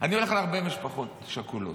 אני הולך להרבה משפחות שכולות.